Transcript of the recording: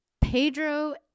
Pedro